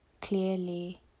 clearly